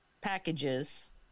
packages